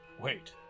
Wait